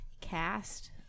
cast